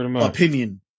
opinion